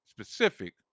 specific